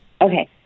Okay